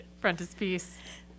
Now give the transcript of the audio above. frontispiece